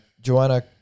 Joanna